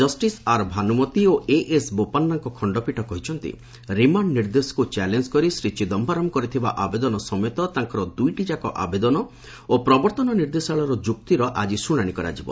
justice R Bhanumathi ଓ A S ବୋପନ୍ନାଙ୍କ ଖଣ୍ଡପୀଠ କହିଛନ୍ତି ରିମାଣ୍ଡ ନିର୍ଦ୍ଦେଶକୁ ଚ୍ୟାଲେଞ୍ଜ କରି ଶ୍ରୀ ଚିଦମ୍ଘରମ୍ କରିଥିବା ଆବେଦନ ସମେତ ତାଙ୍କର ଦୁଇଟିଯାକ ଆବେଦନ ଓ ପ୍ରବର୍ତ୍ତନ ନିର୍ଦ୍ଦେଶାଳୟର ଯୁକ୍ତିର ଆଜି ଶୁଣାଶି କରାଯିବ